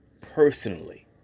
personally